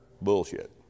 bullshit